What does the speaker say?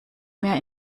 mehr